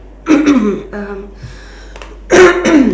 um